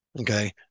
okay